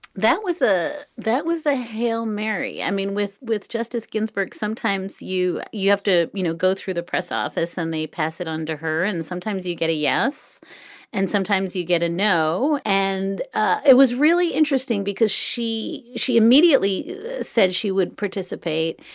that was the that was the hail mary. i mean, with with justice ginsburg. sometimes you you have to, you know, go through the press office and they pass it on to her. and sometimes you get a yes and sometimes you get a no. and ah it was really interesting because she she immediately said she would participate.